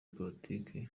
politiki